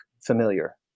familiar